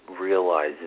realize